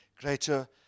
greater